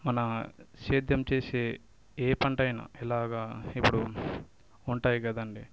మన సేద్యం చేసే ఏ పంటైనా ఎలాగా ఇప్పుడు ఉంటాయి కదండి